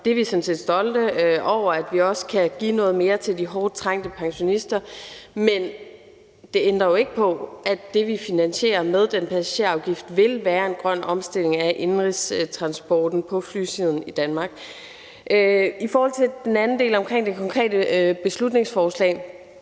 Vi er sådan set stolte over, at vi også kan give noget mere til de hårdt trængte pensionister. Men det ændrer jo ikke på, at det, vi finansierer med den passagerafgift, også vil være med til en grøn omstilling af indenrigstransporten på flysiden i Danmark. I forhold til den anden del omkring det konkrete beslutningsforslag